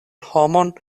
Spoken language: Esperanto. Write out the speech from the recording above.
homon